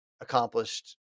accomplished